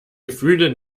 gefühle